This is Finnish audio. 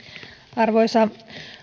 arvoisa